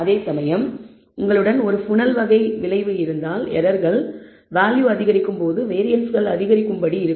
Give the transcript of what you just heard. அதேசமயம் உங்களிடம் ஒரு புனல் வகை விளைவு இருந்தால் எரர்கள் வேல்யூ அதிகரிக்கும் போது வேரியன்ஸ்கள் அதிகரிக்கும் படி இருக்கும்